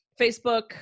Facebook